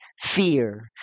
fear